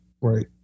right